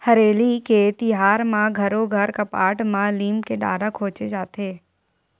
हरेली के तिहार म घरो घर कपाट म लीम के डारा खोचे जाथे